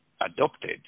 adopted